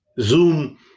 zoom